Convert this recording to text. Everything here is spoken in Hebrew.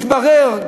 מתברר,